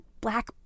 black